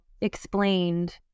explained